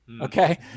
okay